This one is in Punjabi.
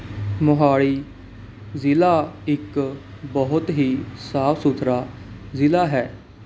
ਮੋਹਾਲੀ ਜ਼ਿਲ੍ਹਾ ਇੱਕ ਬਹੁਤ ਹੀ ਸਾਫ਼ ਸੁਥਰਾ ਜ਼ਿਲ੍ਹਾ ਹੈ